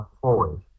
forward